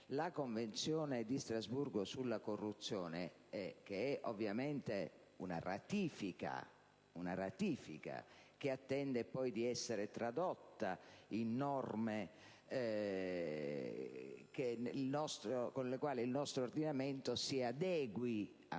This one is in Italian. Convenzione di Strasburgo sulla corruzione, che è ovviamente una ratifica che attende poi di essere tradotta in norme con le quali il nostro ordinamento si adegui a quelle